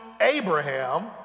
Abraham